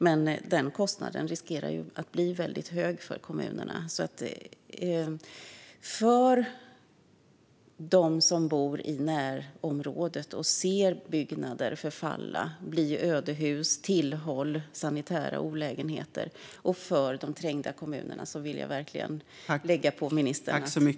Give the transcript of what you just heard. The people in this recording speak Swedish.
Men den kostnaden riskerar att bli hög för kommunerna. För dem som bor i närområdet och ser byggnader förfalla och bli ödehus, tillhåll och sanitära olägenheter och för trängda kommuner vill jag uppmana ministern att jobba på.